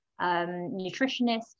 nutritionist